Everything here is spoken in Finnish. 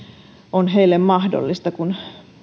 on nyt mahdollista kun